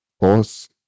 Boss